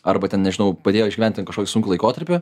arba ten nežinau padėjo išgyvent ten kažkokį sunkų laikotarpį